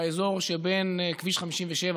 באזור שבין כביש 57,